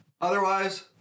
Otherwise